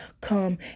come